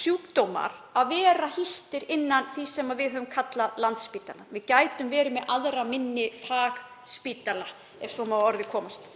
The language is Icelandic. sjúkdómar að vera hýstir innan þess sem við höfum kallað Landspítalann. Við gætum verið með aðra minni fagspítala, ef svo má að orði komast.